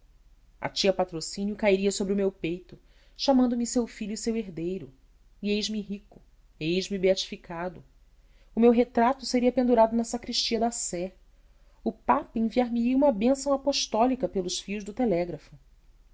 tia patrocínio cairia sobre o meu peito chamando me seu filho e seu herdeiro e eis-me rico eisme beatificado o meu retrato seria pendurado na sacristia da sé o papa enviar me ia uma bênção apostólica pelos fios do telégrafo